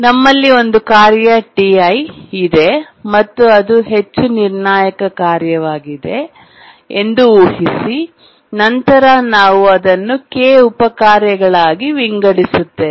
ನಮ್ಮಲ್ಲಿ ಒಂದು ಕಾರ್ಯ Ti ಇದೆ ಮತ್ತು ಅದು ಹೆಚ್ಚು ನಿರ್ಣಾಯಕ ಕಾರ್ಯವಾಗಿದೆ ಎಂದು ಊಹಿಸಿ ನಂತರ ನಾವು ಅದನ್ನು K ಉಪ ಕಾರ್ಯಗಳಾಗಿ ವಿಂಗಡಿಸುತ್ತೇವೆ